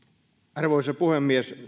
arvoisa puhemies